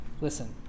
listen